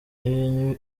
ibintu